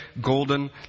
golden